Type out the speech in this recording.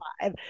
five